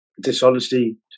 dishonesty